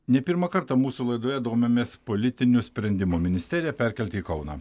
ne pirmą kartą mūsų laidoje domimės politiniu sprendimu ministeriją perkelti į kauną